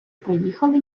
приїхали